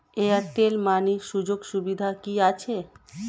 Airtel money সুযোগ সুবিধা কি আছে?